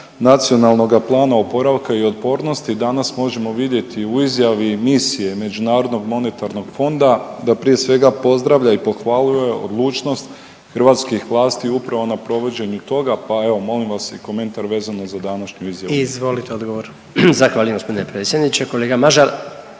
Nacionalnoga plana oporavka i otpornosti danas možemo vidjeti u izjavi misije Međunarodnog monetarnog fonda da prije svega pozdravlja i pohvaljuje odlučnost hrvatskih vlasti upravo na provođenju toga, pa evo molim vas i komentar vezano za današnju izjavu. **Jandroković, Gordan (HDZ)** Izvolite odgovor.